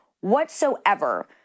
whatsoever